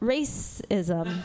Racism